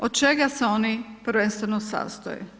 Od čega se oni prvenstveno sastoje?